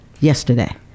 yesterday